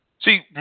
See